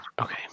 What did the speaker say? Okay